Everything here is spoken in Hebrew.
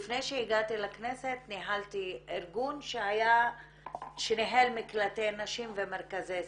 לפני שהגעתי לכנסת ניהלתי ארגון שניהל מקלטי נשים ומרכזי סיוע,